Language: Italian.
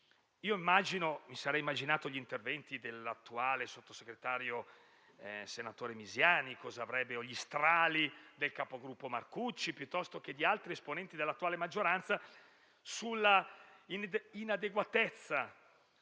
quadra. Immagino gli interventi dell'attuale sottosegretario, senatore Misiani, gli strali del capogruppo Marcucci e degli altri esponenti dell'attuale maggioranza sull'inadeguatezza